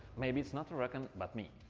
maybe it's not a raccoon but me.